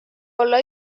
olla